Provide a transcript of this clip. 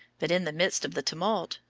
but in the midst of the tumult,